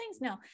No